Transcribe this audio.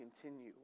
continue